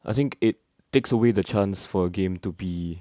I think it takes away the chance for a game to be